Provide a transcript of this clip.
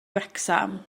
wrecsam